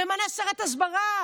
ממנה שרת הסברה,